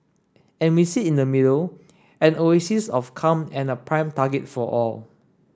and we sit in the middle an oasis of calm and a prime target for all